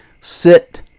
Sit